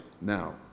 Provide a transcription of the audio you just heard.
Now